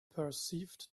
perceived